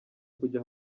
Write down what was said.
kujya